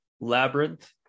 Labyrinth